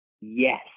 yes